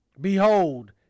Behold